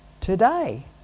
today